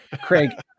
craig